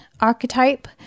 archetype